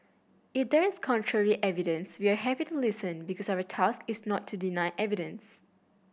if there's contrary evidence we are happy to listen because our task is not to deny evidence